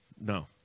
No